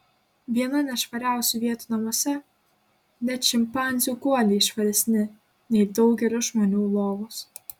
viena nešvariausių vietų namuose net šimpanzių guoliai švaresni nei daugelio žmonių lovos